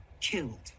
killed